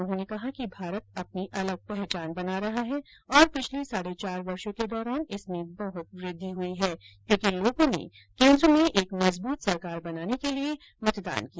उन्होंने कहा कि भारत अपनी अलग पहचान बना रहा है और पिछले साढ़े चार वर्षों के दौरान इसमें बहुत वृद्धि हुई है क्योंकि लोगों ने केंद्र में एक मजबूत सरकार बनाने के लिए मतदान किया